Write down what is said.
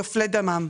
יופלה דמם.